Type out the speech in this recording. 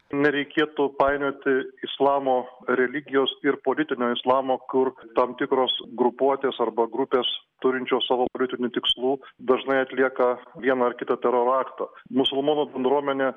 nereikėtų painioti islamo religijos ir politinio islamo kur tam tikros grupuotės arba grupės turinčios savo politinių tikslų dažnai atlieka vieną ar kitą teroro aktą musulmonų bendruomenė